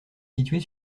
située